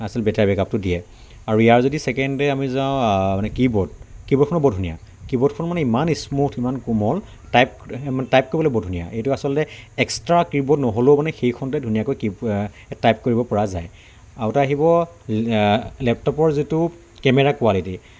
আচল বেটাৰী বেকআপটো দিয়ে আৰু ইয়াৰ যদি চেকেণ্ড ডে' আমি যাওঁ মানে কীব'ৰ্ড কীব'ৰ্ডখনো বৰ ধুনীয়া কীব'ৰ্ডখন মানে ইমান ইস্মুথ ইমান কোমল টাইপ মানে টাইপ কৰিবলৈ বৰ ধুনীয়া এইটো আচলতে এক্সট্ৰা কীব'ৰ্ড নহ'লেও মানে সেইখনতে ধুনীয়াকৈ কি টাইপ কৰিব পৰা যায় আৰু এটা আহিব লেপটপৰ যিটো কেমেৰা কোৱালিটি